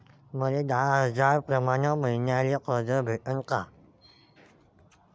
मले दहा हजार प्रमाण मईन्याले कर्ज भेटन का?